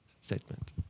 statement